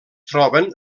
troben